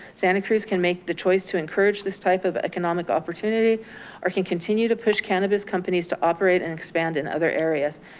santa cruz can make the choice to encourage this type of economic opportunity or can continue to push cannabis companies to operate and expand in other areas.